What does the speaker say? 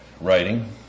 writing